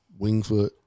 Wingfoot